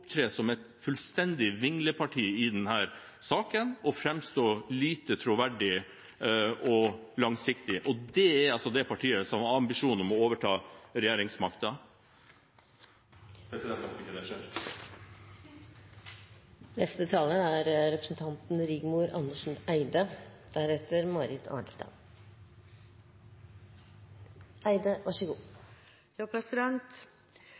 som et vingleparti i denne saken og framstå lite troverdig og langsiktig. Det er altså det partiet som har ambisjon om å overta regjeringsmakten. Jeg håper ikke at det skjer. Biodrivstoff er